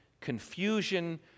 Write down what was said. confusion